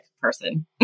person